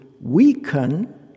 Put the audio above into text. weaken